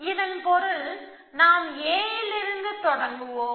இதன் பொருள் நாம் நிலை A லிருந்து தொடங்குவோம்